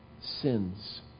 sins